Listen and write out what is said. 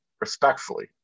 respectfully